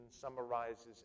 summarizes